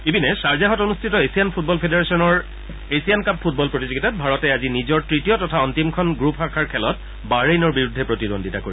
ইপিনে শ্বাৰজাহত অনুষ্ঠিত এছিয়ান ফুটবল ফেডাৰেচনৰ এছিয়ান কাপ ফুটবল প্ৰতিযোগিতাত ভাৰতে আজি নিজৰ তৃতীয় তথা অন্তিমখন গ্ৰুপ শাখাৰ খেলত বাহৰেইনৰ বিৰুদ্ধে প্ৰতিদ্বন্দ্বিতা কৰিব